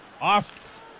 off